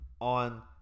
on